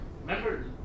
remember